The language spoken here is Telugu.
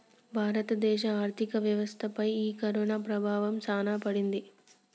భారత దేశ ఆర్థిక వ్యవస్థ పై ఈ కరోనా ప్రభావం సాన పడింది